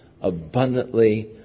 abundantly